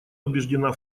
убеждена